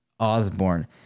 Osborne